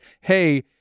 hey